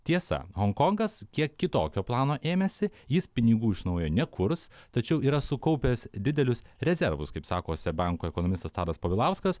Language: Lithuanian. tiesa honkongas kiek kitokio plano ėmėsi jis pinigų iš naujo nekurs tačiau yra sukaupęs didelius rezervus kaip sako seb banko ekonomistas tadas povilauskas